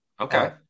Okay